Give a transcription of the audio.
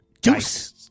Deuce